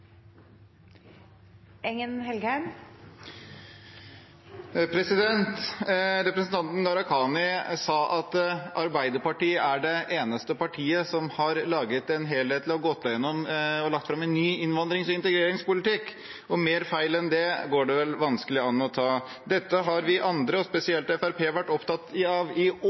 det eneste partiet som har laget og lagt fram en helhetlig, ny innvandrings- og integreringspolitikk. Mer feil enn det går det vel vanskelig an å ta. Dette har vi andre, og spesielt Fremskrittspartiet, vært opptatt av i